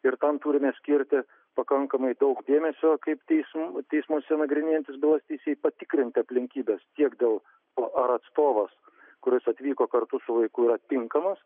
ir tam turime skirti pakankamai daug dėmesio kaip teismų teismuose nagrinėjantys bylas teisėjai patikrinti aplinkybes tiek dėl ar atstovas kuris atvyko kartu su vaiku yra tinkamas